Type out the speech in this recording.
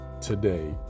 today